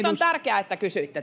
on tärkeää että kysyitte